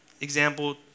example